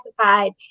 classified